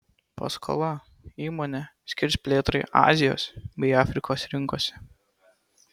paskolą įmonė skirs plėtrai azijos bei afrikos rinkose